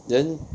then